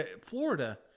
Florida